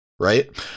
right